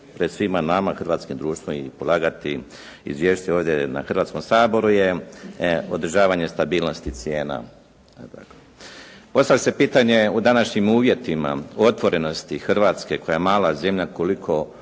pred svima nama, hrvatskim društvom i polagati izvješće ovdje na Hrvatskom saboru je održavanje stabilnosti cijena. Postavlja se pitanje u današnjim uvjetima otvorenosti Hrvatske koja je mala zemlja koliko